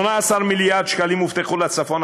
18 מיליארד שקלים הובטחו לצפון,